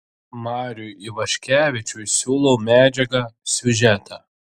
mariui ivaškevičiui siūlau medžiagą siužetą